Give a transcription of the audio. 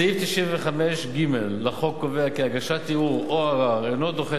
סעיף 95(ג) לחוק קובע כי "הגשת ערעור או ערר אינה דוחה